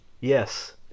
Yes